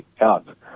out